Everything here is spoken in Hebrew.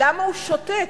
למה הוא שותק?